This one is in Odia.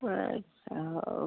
ଆଚ୍ଛା ହଉ